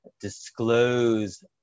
disclose